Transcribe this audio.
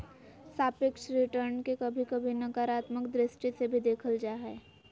सापेक्ष रिटर्न के कभी कभी नकारात्मक दृष्टि से भी देखल जा हय